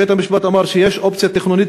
בית-המשפט אמר שיש אופציה תכנונית,